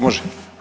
Može.